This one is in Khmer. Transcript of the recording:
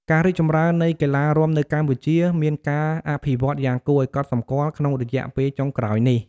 ការរីកចម្រើននៃកីឡារាំនៅកម្ពុជា មានការអភិវឌ្ឍន៍យ៉ាងគួរឱ្យកត់សម្គាល់ក្នុងរយៈពេលចុងក្រោយនេះ។